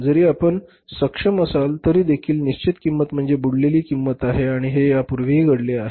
जरी आपण सक्षम असाल तरी देखील निश्चित किंमत म्हणजे बुडलेली किंमत आहे आणि हे यापूर्वीही घडले आहे